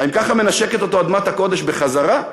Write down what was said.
האם ככה מנשקת אותו אדמת הקודש בחזרה?